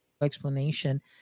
explanation